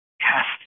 cast